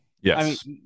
Yes